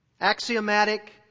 axiomatic